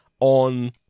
on